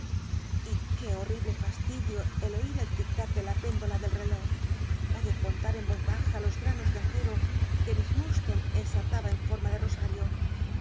y qué horrible fastidio el oi el tic lac de la péndola del rcló ó de contar en oz l tja los gmnos de acero que miss munl'lonc ensartaba en forma de rosario